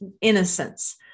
innocence